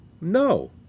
No